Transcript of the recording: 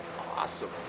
awesome